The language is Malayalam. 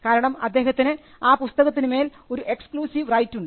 കാരണം അദ്ദേഹത്തിന് ആ പുസ്തകത്തിനു മേൽ ഒരു എക്സ്ക്ലൂസീവ് റൈറ്റ് ഉണ്ട്